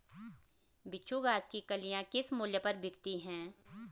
बिच्छू घास की कलियां किस मूल्य पर बिकती हैं?